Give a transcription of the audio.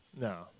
No